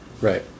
Right